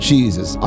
Jesus